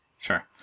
Sure